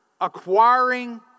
acquiring